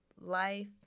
life